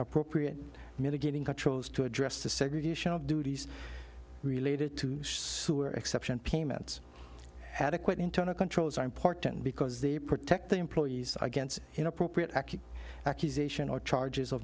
appropriate mitigating controls to address the segregation of duties related to sewer exception payments adequate internal controls are important because they protect the employees against inappropriate accusation or charges of